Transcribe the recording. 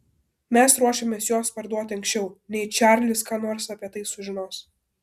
mes ruošiamės juos parduoti anksčiau nei čarlis ką nors apie tai sužinos